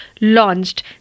launched